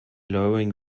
lowering